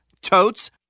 Totes